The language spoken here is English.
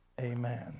Amen